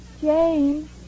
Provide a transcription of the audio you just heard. Jane